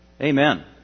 Amen